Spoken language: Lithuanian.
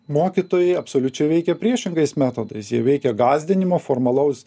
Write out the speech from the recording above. mokytojai absoliučiai veikia priešingais metodais veikia gąsdinimo formalaus